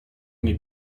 nie